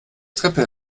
treppe